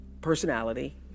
personality